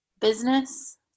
business